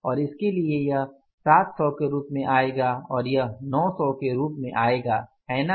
और इसके लिए यह 700 के रूप में आएगा और यह 900 के रूप में आएगा है ना